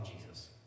jesus